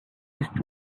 east